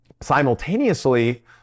Simultaneously